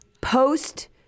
post